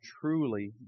truly